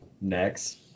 Next